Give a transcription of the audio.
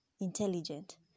intelligent